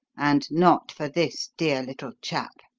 and not for this dear little chap.